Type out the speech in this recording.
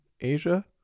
asia